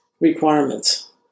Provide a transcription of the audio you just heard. requirements